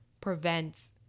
prevent